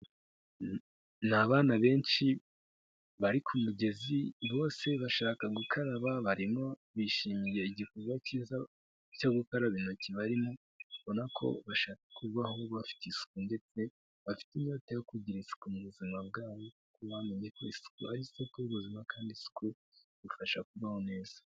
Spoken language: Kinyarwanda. N'abana benshi bari ku mugezi bose bashaka gukaraba barimo bishimiye igikorwa cyiza cyo gukaraba intoki barimo, ubona ko bashaka kubaho bafite isuku ndetse bafite inyota yo kugira isuku mu buzima bwabo, kuko bamenye yuko isuku ari isoko y'ubuzima kandi isuku idufasha kubaho neza.